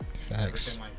Facts